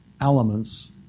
elements